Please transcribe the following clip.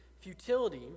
futility